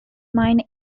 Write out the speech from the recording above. minor